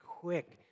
quick